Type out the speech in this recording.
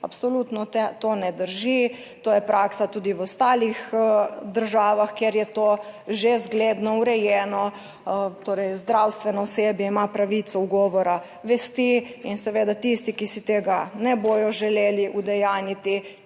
absolutno to ne drži. To je praksa tudi v ostalih državah, kjer je to že zgledno urejeno, torej zdravstveno osebje ima pravico ugovora vesti in seveda tisti, ki si tega ne bodo želeli udejanjiti,